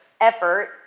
effort